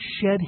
shed